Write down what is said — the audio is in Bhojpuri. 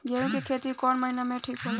गेहूं के खेती कौन महीना में ठीक होला?